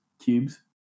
cubes